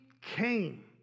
came